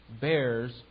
bears